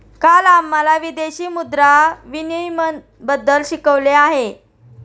काल आम्हाला विदेशी मुद्रा विनिमयबद्दल शिकवले होते